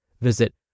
Visit